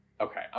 Okay